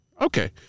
Okay